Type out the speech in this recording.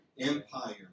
empire